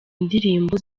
indirimbo